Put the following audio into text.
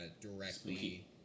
directly